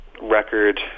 record